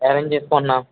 arrange చేసుకుంటున్నాం